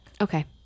okay